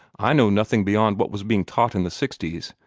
i know nothing beyond what was being taught in the sixties,